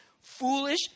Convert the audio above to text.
foolish